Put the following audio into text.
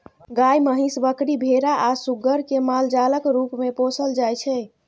गाय, महीस, बकरी, भेरा आ सुग्गर केँ मालजालक रुप मे पोसल जाइ छै